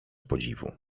podziwu